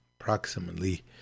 approximately